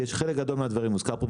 כי יש חלק גדול מהדברים הוזכרו פה,